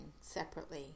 separately